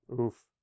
Oof